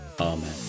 Amen